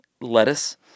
Lettuce